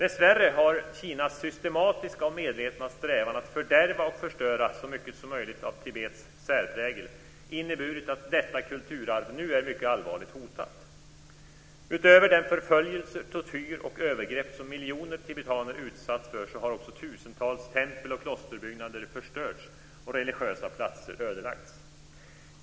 Dessvärre har Kinas systematiska och medvetna strävan efter att fördärva och förstöra så mycket som möjligt av Tibets särprägel inneburit att detta kulturarv nu är mycket allvarligt hotat. Utöver den förföljelse, den tortyr och de övergrepp som miljoner tibetaner är utsatta för har tusentals tempel och klosterbyggnader förstörts och religiösa platser ödelagts.